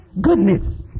goodness